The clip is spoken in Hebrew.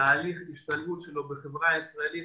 תהליך ההשתלבות שלו בחברה הישראלית,